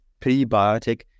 prebiotic